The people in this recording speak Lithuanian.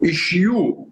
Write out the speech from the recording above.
iš jų